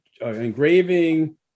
engraving